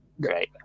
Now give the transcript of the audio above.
great